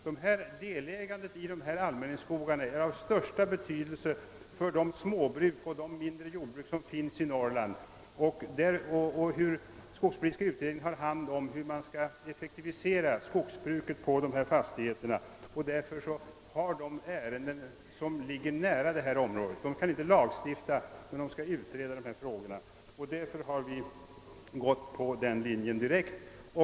Delägandet i allmänningsskogarna är av största betydelse för småbruken i Norrland. Skogspolitiska utredningen har hand om frågan hur man skall effektivisera skogsbruket bl.a. på dessa fastigheter. Den har alltså att utreda ärenden som ligger nära detta område. Den har inte lagstiftningen om hand, men skall utreda dessa frågor. Därför har vi gått direkt till utredningen.